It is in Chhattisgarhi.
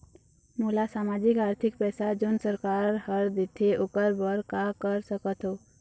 मोला सामाजिक आरथिक पैसा जोन सरकार हर देथे ओकर बर का कर सकत हो?